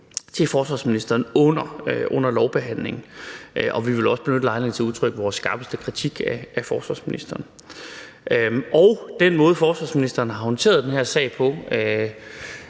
til forsvarsministeren under lovbehandlingen, og vi vil også benytte lejligheden til at udtrykke vores skarpeste kritik af forsvarsministeren. Den måde, som forsvarsministeren har håndteret den her sag på,